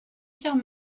pierre